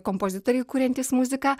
kompozitoriai kuriantys muziką